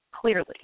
clearly